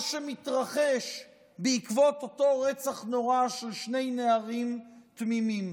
שמתרחש בעקבות אותו רצח נורא של שני נערים תמימים?